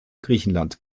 griechenland